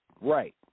Right